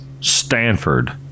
Stanford